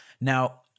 Now